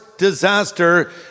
disaster